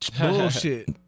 bullshit